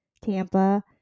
Tampa